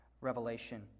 revelation